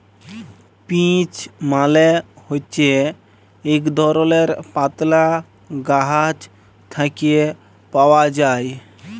peach মালে হছে ইক ধরলের পাতলা গাহাচ থ্যাকে পাউয়া যায়